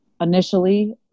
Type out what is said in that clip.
initially